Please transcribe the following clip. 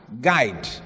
guide